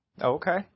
Okay